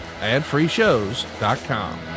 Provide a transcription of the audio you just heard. AdFreeShows.com